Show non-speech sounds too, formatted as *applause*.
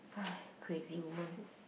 *breath* crazy woman